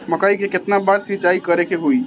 मकई में केतना बार सिंचाई करे के होई?